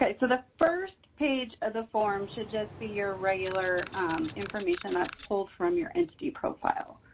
yeah so the first page of the form should just be your regular information that's pulled from your entity profile.